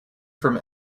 from